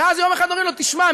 ואז יום אחד אומרים לו: תשמע,